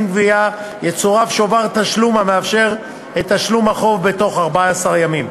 (גבייה) יצורף שובר תשלום המאפשר את תשלום החוב בתוך 14 ימים.